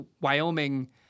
Wyoming